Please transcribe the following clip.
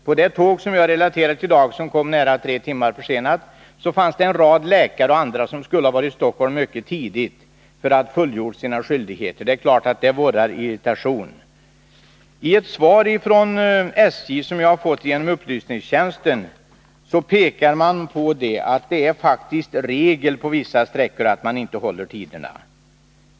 På det tåg som jag refererat till — och som var nära tre timmar försenat i dag — fanns det en rad läkare och andra personer som skulle ha varit i Stockholm mycket tidigt för att fullgöra sina skyldigheter. Det är klart att förseningar i sådana fall vållar irritation. I ett svar från SJ som jag har fått genom upplysningstjänsten pekas det på att det på vissa sträckor faktiskt är regel att man inte håller tiderna.